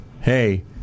hey